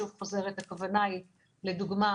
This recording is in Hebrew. הכוונה היא לדוגמה